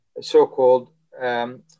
so-called